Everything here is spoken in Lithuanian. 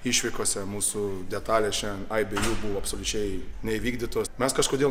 išvykose mūsų detalės šian aibė jų buvo absoliučiai neįvykdytos mes kažkodėl